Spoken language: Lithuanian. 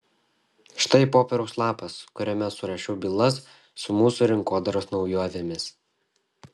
štai popieriaus lapas kuriame surašiau bylas su mūsų rinkodaros naujovėmis